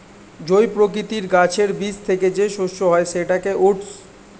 জই প্রকৃতির গাছের বীজ থেকে যে শস্য হয় সেটাকে ওটস